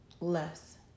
less